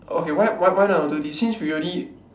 okay why why not you do this since we already